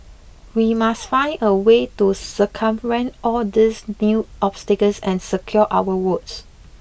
we must find a way to circumvent all these new obstacles and secure our votes